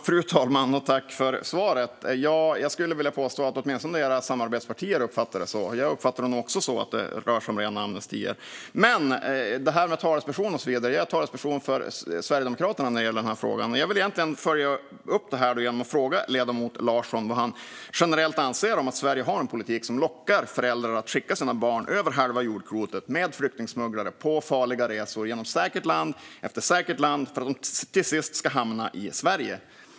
Fru talman! Jag tackar för svaret! Jag skulle vilja påstå att åtminstone era samarbetspartier uppfattar det så. Jag uppfattar det nog också som att det rör sig om rena amnestier. Apropå det här med att vara talesperson är jag talesperson för Sverigedemokraterna när det gäller denna fråga. Jag vill egentligen följa upp detta genom att fråga ledamoten Larsson vad han generellt anser om att Sverige har en politik som lockar föräldrar att skicka sina barn över halva jordklotet, med flyktingsmugglare, på farliga resor genom säkert land efter säkert land för att de till sist ska hamna i Sverige.